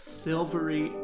silvery